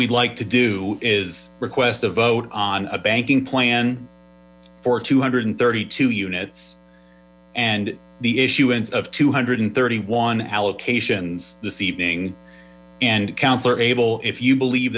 we'd like to do is request a vote on a banking plan for two hundred and thirty two units and the issuance of two hundred and thirty one allocations this evening and councilor abel if you believe